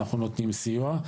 אנחנו נותנים סיוע,